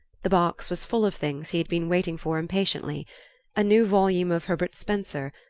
the box was full of things he had been waiting for impatiently a new volume of herbert spencer,